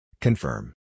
Confirm